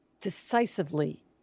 decisively